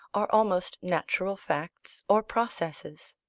are almost natural facts or processes.